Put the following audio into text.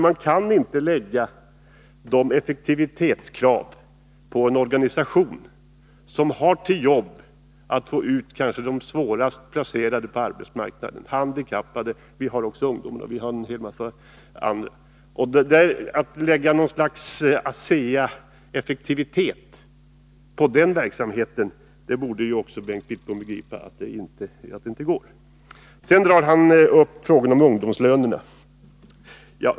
Man kan inte ställa sådana effektivitetskrav på en organisation som har till uppgift att få ut de kanske svårast placerade på arbetsmarknaden — handikappade, ungdomar m.fl. Även Bengt Wittbom borde begripa att man inte kan ha något slags ASEA-effektivitet på den verksamheten. Sedan tar Bengt Wittbom upp frågan om ungdomslönerna.